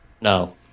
No